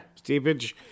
Steepage